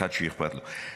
כאחד שאכפת לו.